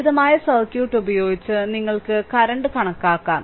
ലളിതമായ സർക്യൂട്ട് ഉപയോഗിച്ച് നിങ്ങൾക്ക് കറന്റ് കണക്കാക്കാം